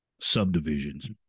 Subdivisions